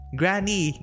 granny